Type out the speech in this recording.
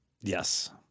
Yes